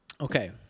Okay